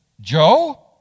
Joe